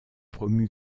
promu